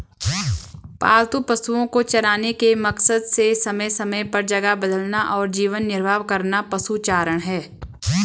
पालतू पशुओ को चराने के मकसद से समय समय पर जगह बदलना और जीवन निर्वाह करना पशुचारण है